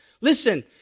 Listen